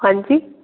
हाँ जी